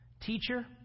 Teacher